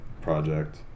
project